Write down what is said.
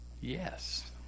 yes